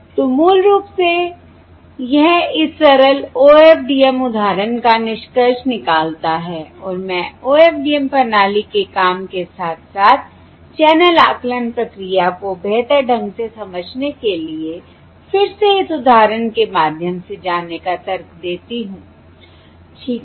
तो मूल रूप से यह इस सरल OFDM उदाहरण का निष्कर्ष निकालता है और मैं OFDM प्रणाली के काम के साथ साथ चैनल आकलन प्रक्रिया को बेहतर ढंग से समझने के लिए फिर से इस उदाहरण के माध्यम से जाने का तर्क देती हूं ठीक है